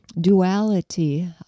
duality